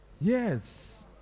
Yes